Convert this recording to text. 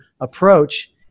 approach